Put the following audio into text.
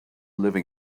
living